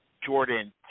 Jordan